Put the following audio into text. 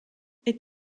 est